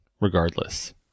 regardless